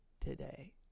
today